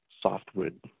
softwood